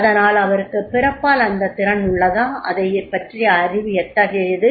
அதனால் அவருக்கு பிறப்பால் அந்தத் திறன் உள்ளதா அதைப்பற்றிய அறிவு எத்தகையது